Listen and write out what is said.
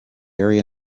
area